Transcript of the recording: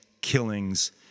killings